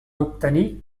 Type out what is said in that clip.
obtenir